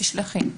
תשלחי.